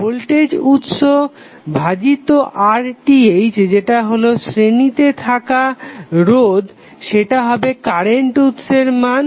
voltage উৎস ভাজিত RTh যেটা হলো শ্রেণিতে থাকা রোধ সেটা হবে কারেন্ট উৎসের মান